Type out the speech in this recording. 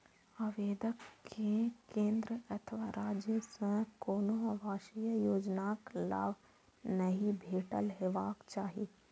आवेदक कें केंद्र अथवा राज्य सं कोनो आवासीय योजनाक लाभ नहि भेटल हेबाक चाही